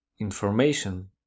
information